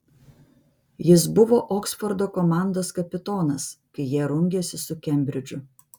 jis buvo oksfordo komandos kapitonas kai jie rungėsi su kembridžu